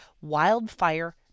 wildfire